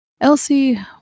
Elsie